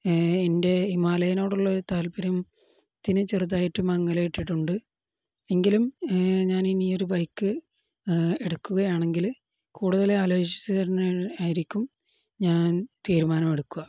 എൻ്റെ ഹിമാലയനോടുള്ളൊരു താല്പര്യത്തിനു ചെറുതായിട്ടു മങ്ങലേറ്റിട്ടുണ്ട് എങ്കിലും ഞാനിനി ഒരു ബൈക്ക് എടുക്കുകയാണെങ്കില് കൂടുതല് ആലോചിച്ചുതന്നെ ആയിരിക്കും ഞാൻ തീരുമാനം എടുക്കുക